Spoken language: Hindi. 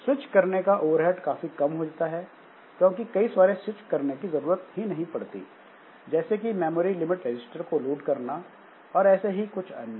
स्विच करने का ओवरहेड काफी कम होता है क्योंकि कई सारे स्विच करने की जरूरत ही नहीं पड़ती जैसे कि मेमोरी लिमिट रजिस्टर को लोड करना और ऐसे ही कुछ अन्य